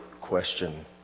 question